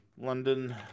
London